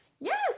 Yes